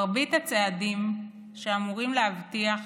מרבית הצעדים שאמורים להבטיח